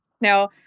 Now